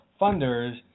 funders